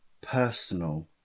personal